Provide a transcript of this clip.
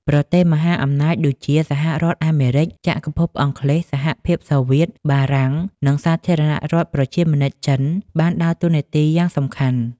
ប្រទេសមហាអំណាចដូចជា សហរដ្ឋអាមេរិក ចក្រភពអង់គ្លេស សហភាពសូវៀត បារាំង និង សាធារណរដ្ឋប្រជាមានិតចិន បានដើរតួនាទីយ៉ាងសំខាន់។